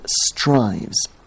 strives